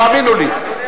תאמינו לי.